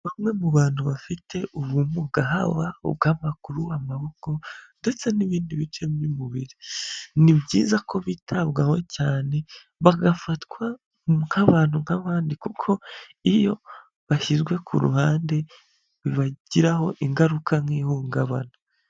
Bamwe mu bantu bafite ubumuga, haba ubw'amaguru, amaboko ndetse n'ibindi bice by'umubiri, ni byiza ko bitabwaho cyane, bagafatwa nk'abantu nk'abandi kuko iyo bashyizwe ku ruhande bibagiraho ingaruka nk'ihungabana.